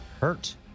hurt